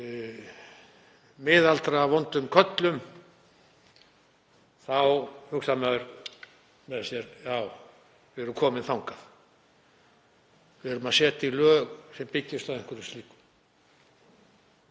miðaldra vondum körlum, þá hugsar maður með sér: Já, við erum komin þangað. Við erum að setja lög sem byggjast á einhverju slíku.